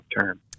term